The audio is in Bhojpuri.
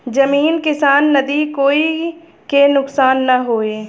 जमीन किसान नदी कोई के नुकसान न होये